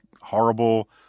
horrible